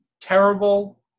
terrible